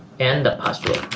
and the password.